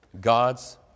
God's